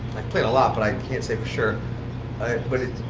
played a lot, but i can't say for sure but it